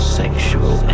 sexual